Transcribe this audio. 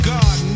God